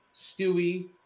Stewie